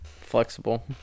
Flexible